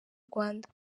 rwanda